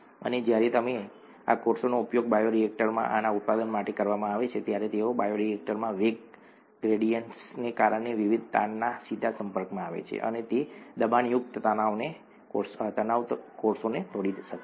અને જ્યારે તમે જ્યારે આ કોષોનો ઉપયોગ બાયોરિએક્ટરમાં આના ઉત્પાદન માટે કરવામાં આવે છે ત્યારે તેઓ બાયોરિએક્ટરમાં વેગ ગ્રેડિએન્ટ્સને કારણે વિવિધ તાણના સીધા સંપર્કમાં આવે છે અને તે દબાણયુક્ત તણાવ કોષોને તોડી શકે છે